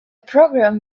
program